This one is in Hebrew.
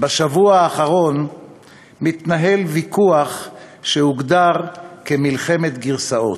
בשבוע האחרון מתנהל ויכוח שהוגדר מלחמת גרסאות.